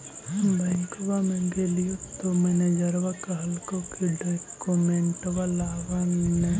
बैंकवा मे गेलिओ तौ मैनेजरवा कहलको कि डोकमेनटवा लाव ने?